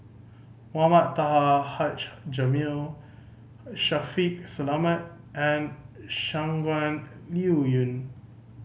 Mohamed Taha Haji Jamil Shaffiq Selamat and Shangguan Liuyun